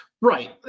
Right